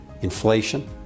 inflation